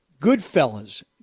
Goodfellas